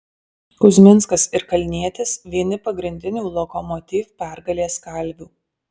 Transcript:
kuzminskas ir kalnietis vieni pagrindinių lokomotiv pergalės kalvių